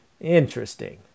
interesting